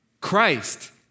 Christ